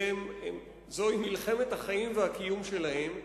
זוהי מלחמת החיים והקיום שלהם.